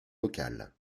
local